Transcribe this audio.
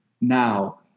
now